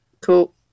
Cool